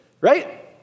right